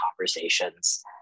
conversations